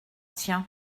tiens